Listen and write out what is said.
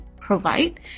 provide